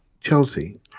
Chelsea